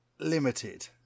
Limited